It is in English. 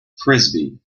frisbee